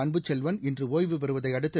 அன்புச்செல்வன் இன்று ஒய்வு பெறுவதை அடுத்து